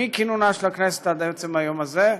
מכינונה של הכנסת עד עצם היום הזה,